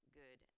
good